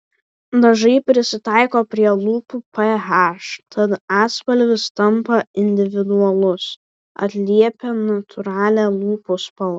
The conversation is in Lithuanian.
dažai prisitaiko prie lūpų ph tad atspalvis tampa individualus atliepia natūralią lūpų spalvą